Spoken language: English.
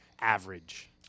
average